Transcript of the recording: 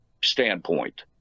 standpoint